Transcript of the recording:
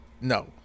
no